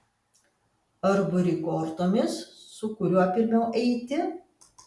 ar buri kortomis su kuriuo pirmiau eiti